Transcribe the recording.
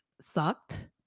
sucked